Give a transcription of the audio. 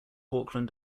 auckland